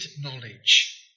knowledge